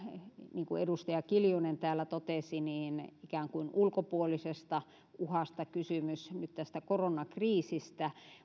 niin kuin edustaja kiljunen täällä totesi ikään kuin ulkopuolisesta uhasta kysymys nyt tästä koronakriisistä